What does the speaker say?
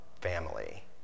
family